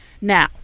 Now